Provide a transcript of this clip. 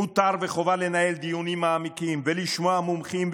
מותר וחובה לנהל דיונים מעמיקים ולשמוע מומחים,